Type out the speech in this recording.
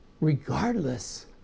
regardless